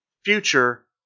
future